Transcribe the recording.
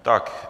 Tak.